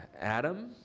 Adam